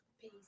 Peace